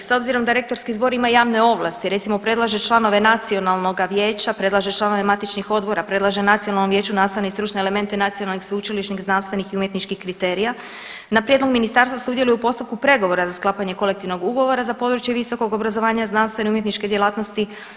S obzirom da rektorski zbor ima javne ovlasti, recimo predlaže članove nacionalnoga vijeća, predlaže članove matičnih odbora, predlaže nacionalnom vijeću nastavne i stručne elemente nacionalnih sveučilišnih i znanstvenih i umjetničkih kriterija, na prijedlog ministarstva sudjeluje u postupku pregovora za sklapanje kolektivnog ugovora za područje visokog obrazovanja, znanstvene i umjetničke djelatnosti.